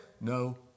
No